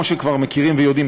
כמו שכבר מכירים ויודעים,